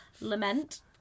lament